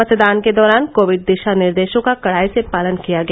मतदान के दौरान कोपिड दिशा निर्देशों का कड़ाई से पालन किया गया